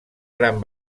gran